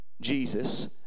Jesus